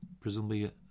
presumably